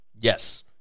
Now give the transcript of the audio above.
Yes